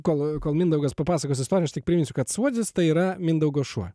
kol kol mindaugas papasakos istorijas tik priminsiu kad suodzis tai yra mindaugo šuo